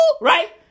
Right